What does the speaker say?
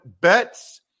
bets